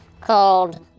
called